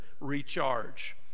recharge